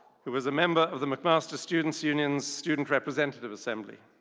who is a member of the mcmaster students union's student representative assembly.